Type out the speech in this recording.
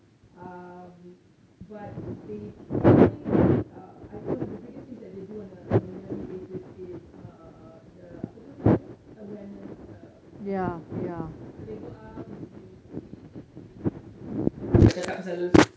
um but they tried uh I think one of the biggest things that they do on a on a yearly basis is uh the apa tu nama dia awareness uh campaigns so they go out in the community and then they have these macam cakap cakap pasal